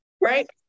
right